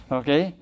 okay